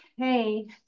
Okay